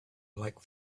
like